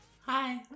Hi